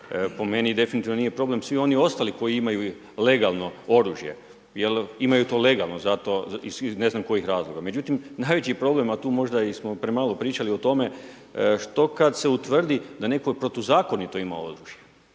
Po meni definitivno nije problem svi oni ostali koji imaju legalno oružje jer imaju to legalno, zato, ne znam iz kojih razloga. Međutim, najveći problem, a tu možda smo i premalo pričali o tome što kada se utvrdi da netko protuzakonito ima oružje.